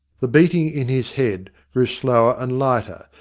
the beating in his head grew slower and lighter,